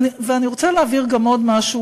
ואני רוצה להבהיר עוד משהו,